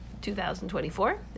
2024